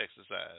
exercise